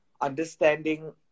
Understanding